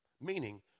Meaning